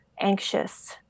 anxious